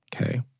Okay